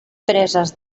preses